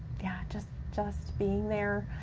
yeah, just just being there.